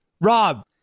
Rob